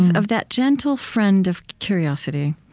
of that gentle friend of curiosity,